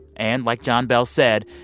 and like jon bell said,